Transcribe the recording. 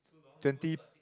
twenty